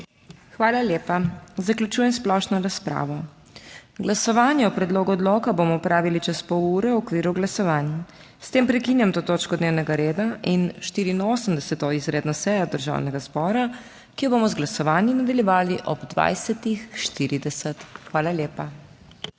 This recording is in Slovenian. Hvala lepa. Zaključujem splošno razpravo. Glasovanje o predlogu odloka bomo opravili čez pol ure v okviru glasovanj. S tem prekinjam to točko dnevnega reda in 84. izredno sejo Državnega zbora, ki jo bomo z glasovanji nadaljevali ob 20.40. Hvala lepa.